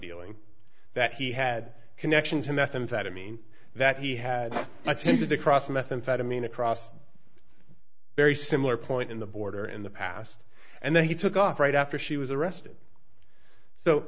dealing that he had a connection to methamphetamine that he had attempted to cross methamphetamine across very similar point in the border in the past and then he took off right after she was arrested so